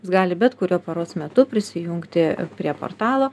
jis gali bet kuriuo paros metu prisijungti prie portalo